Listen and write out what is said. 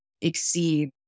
exceed